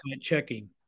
checking